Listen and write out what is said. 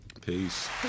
Peace